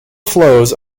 flows